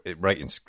writing